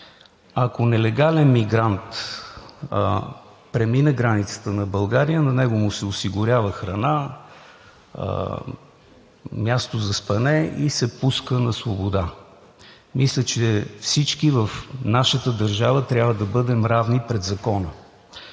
Ако нелегален мигрант премине границата на България, на него му се осигурява храна, място за спане и се пуска на свобода. Мисля, че всички в нашата държава трябва да бъдем равни пред закона!